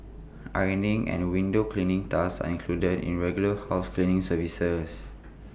ironing and window cleaning tasks are included in regular house cleaning services